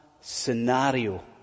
scenario